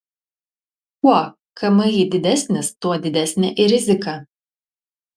kuo kmi didesnis tuo didesnė ir rizika